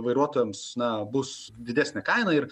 vairuotojams na bus didesnė kaina ir